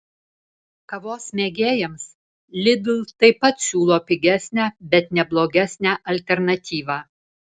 kavos mėgėjams lidl taip pat siūlo pigesnę bet ne blogesnę alternatyvą